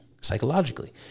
psychologically